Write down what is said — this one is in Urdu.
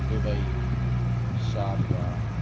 Dubai Sharjah